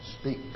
speak